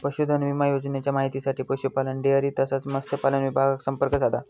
पशुधन विमा योजनेच्या माहितीसाठी पशुपालन, डेअरी तसाच मत्स्यपालन विभागाक संपर्क साधा